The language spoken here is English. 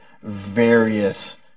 Various